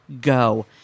go